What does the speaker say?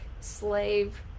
slave